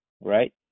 right